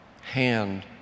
hand